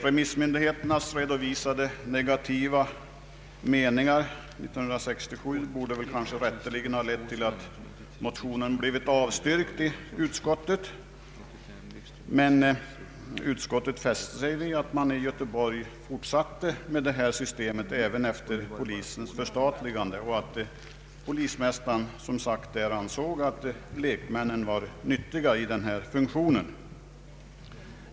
Remissmyndigheternas redovisade negativa meningar 1967 borde kanske rätteligen ha lett till att motionen blivit avstyrkt i utskottet, men utskottet fäste sig vid att man i Göteborg fortsatte med detta system även efter polisens förstatligande och att polismästaren där som sagt ansåg att lekmännen var nyttiga i denna funktion.